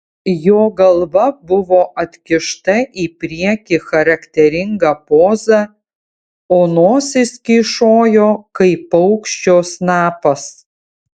jo galva buvo atkišta į priekį charakteringa poza o nosis kyšojo kaip paukščio snapas